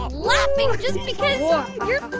laughing just because you're